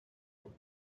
their